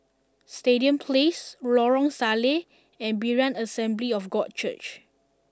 Stadium Place Lorong Salleh and Berean Assembly of God Church